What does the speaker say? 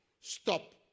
stop